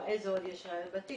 אילו ראיות נוספות יש בתיק,